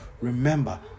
remember